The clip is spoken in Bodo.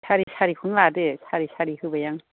सारे सारिखौनो लादो सारे सारि होबाय आं